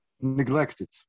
neglected